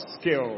skill